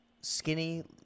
skinny